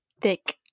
thick